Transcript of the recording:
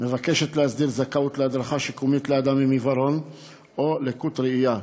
מבקשת להסדיר זכאות להדרכה שיקומית לאדם עם עיוורון או לקות ראייה.